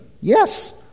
Yes